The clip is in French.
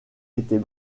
était